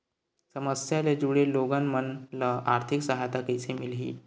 समस्या ले जुड़े लोगन मन ल आर्थिक सहायता कइसे मिलही?